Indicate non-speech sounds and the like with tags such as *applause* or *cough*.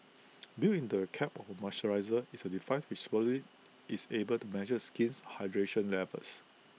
*noise* built into the cap of the moisturiser is A device which supposedly is able to measure the skin's hydration levels